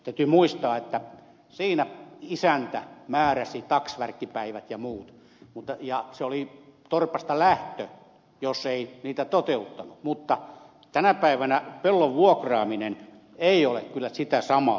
täytyy muistaa että siinä isäntä määräsi taksvärkkipäivät ja muut ja se oli torpasta lähtö jos ei niitä toteuttanut mutta tänä päivänä pellon vuokraaminen ei ole kyllä sitä samaa